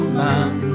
man